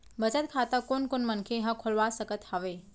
बचत खाता कोन कोन मनखे ह खोलवा सकत हवे?